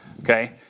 Okay